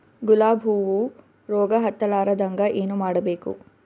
ಗುಲಾಬ್ ಹೂವು ರೋಗ ಹತ್ತಲಾರದಂಗ ಏನು ಮಾಡಬೇಕು?